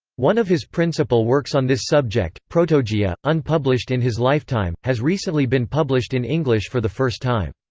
one of his principal works on this subject, protogaea, unpublished in his lifetime, has recently been published in english for the first time.